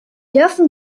dürfen